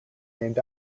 named